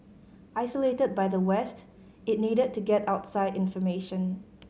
isolated by the West it needed to get outside information